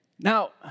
Now